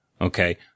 Okay